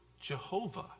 Jehovah